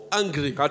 angry